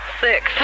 Six